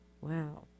Wow